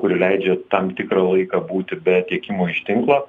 kuri leidžia tam tikrą laiką būti be tiekimo iš tinklo